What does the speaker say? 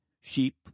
Sheep